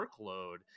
workload